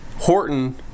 Horton